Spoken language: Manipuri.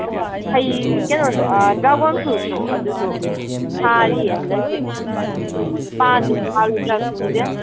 ꯑꯁ ꯍꯩ ꯀꯩꯅꯣꯗꯣ ꯗ꯭ꯔꯥꯒꯣꯟ ꯐ꯭ꯔꯨꯠꯇꯨ ꯑꯗꯨꯁꯨ ꯊꯥꯔꯤꯌꯦ ꯍꯟꯗꯛꯇꯤ ꯄꯥꯟꯗꯣꯏꯔꯥ ꯄꯥꯜꯂꯣꯏꯗ꯭ꯔꯥ ꯈꯪꯗꯦ